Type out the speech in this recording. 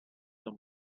dan